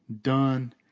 done